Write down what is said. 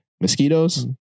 mosquitoes